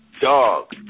Dog